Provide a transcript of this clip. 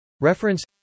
Reference